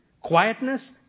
quietness